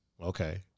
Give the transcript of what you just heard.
Okay